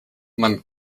man